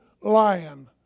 lion